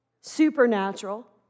supernatural